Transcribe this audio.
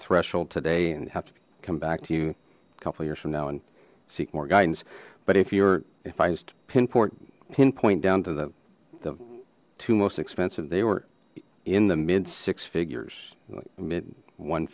threshold today and have to come back to you a couple years from now and seek more guidance but if you're if i just pin port pin point down to the two most expensive they were in the mid six figures mit one